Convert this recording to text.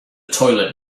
toilet